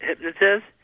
hypnotist